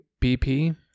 BP